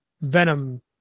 venom